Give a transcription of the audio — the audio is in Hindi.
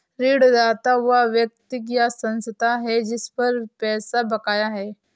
ऋणदाता वह व्यक्ति या संस्था है जिस पर पैसा बकाया है